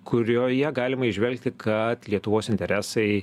kurioje galima įžvelgti kad lietuvos interesai